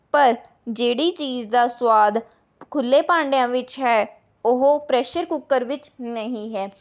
ਪਰ ਜਿਹੜੀ ਚੀਜ਼ ਦਾ ਸਵਾਦ ਖੁੱਲ੍ਹੇ ਭਾਂਡਿਆਂ ਵਿੱਚ ਹੈ ਉਹ ਪ੍ਰੈਸ਼ਰ ਕੁੱਕਰ ਵਿੱਚ ਨਹੀਂ ਹੈ